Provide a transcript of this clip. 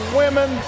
women